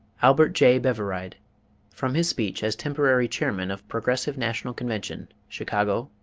albert j. beveridge, from his speech as temporary chairman of progressive national convention, chicago,